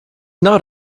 not